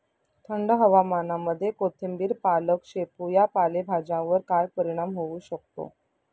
थंड हवामानामध्ये कोथिंबिर, पालक, शेपू या पालेभाज्यांवर काय परिणाम होऊ शकतो?